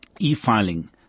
E-filing